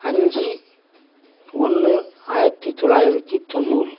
அஞ்சு ஒன்று ஆயிரத்து தொள்ளாயிரத்து தொண்ணூறு